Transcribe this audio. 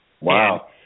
Wow